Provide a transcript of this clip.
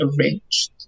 arranged